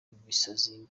ibisazi